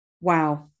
Wow